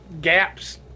gaps